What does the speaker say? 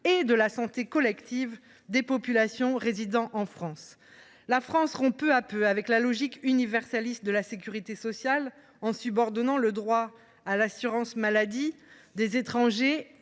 et de la santé collective de la population résidant en France. » La France rompt peu à peu avec la logique universaliste de la sécurité sociale. Elle a ainsi subordonné dès 1993 le droit à l’assurance maladie des étrangers